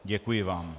Děkuji vám.